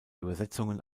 übersetzungen